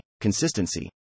consistency